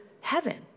heaven